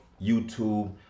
YouTube